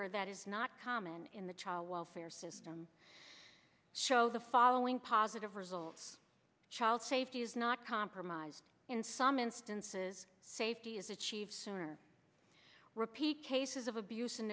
or that is not common in the child welfare system show the following positive result child safety is not compromised in some instances safety is achieved sooner repeat cases of abuse and